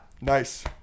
Nice